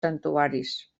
santuaris